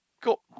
Cool